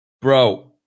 Bro